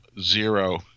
zero